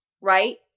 right